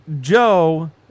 Joe